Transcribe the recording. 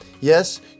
Yes